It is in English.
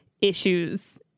issues